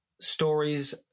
stories